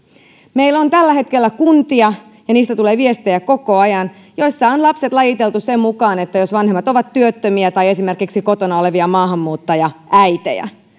meillä on tällä hetkellä kuntia ja niistä tulee viestejä koko ajan joissa on lapset lajiteltu sen mukaan ovatko vanhemmat työttömiä tai esimerkiksi kotona olevia maahanmuuttajaäitejä